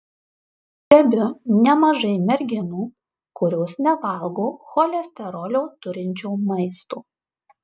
stebiu nemažai merginų kurios nevalgo cholesterolio turinčio maisto